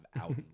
out